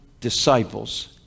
disciples